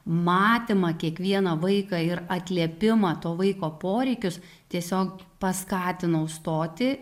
matymą kiekvieną vaiką ir atliepimą to vaiko poreikius tiesiog paskatinau stoti